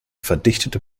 verdichtetem